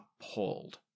appalled